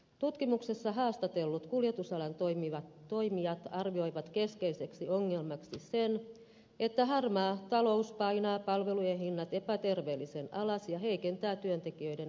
tutkimuksessa haastatellut kuljetusalan toimijat arvioivat keskeiseksi ongelmaksi sen että harmaa talous painaa palvelujen hinnat epäterveellisen alas ja heikentää työntekijöiden asemaa